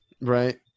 Right